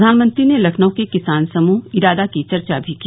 प्रधानमंत्री ने लखनऊ के किसान समूह इरादा की चर्चा भी की